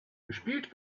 gespielt